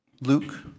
Luke